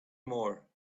more